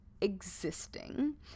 existing